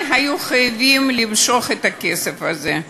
אבל הם היו חייבים למשוך את הכסף הזה.